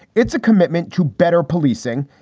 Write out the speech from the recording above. it's a commitment to better policing,